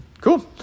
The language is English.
Cool